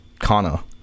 Kana